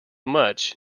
much